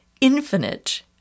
infinite